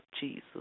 Jesus